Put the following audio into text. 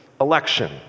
Election